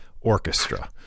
orchestra